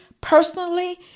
personally